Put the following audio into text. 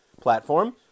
platform